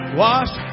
wash